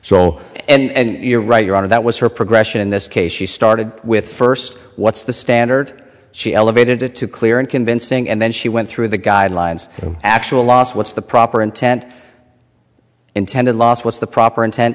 so and you're right your honor that was her progression in this case she started with first what's the standard she elevated it to clear and convincing and then she went through the guidelines no actual loss what's the proper intent intended last what's the proper intent